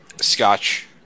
scotch